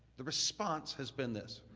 the response has been this.